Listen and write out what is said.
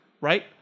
right